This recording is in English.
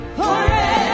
forever